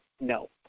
no